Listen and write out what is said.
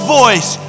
voice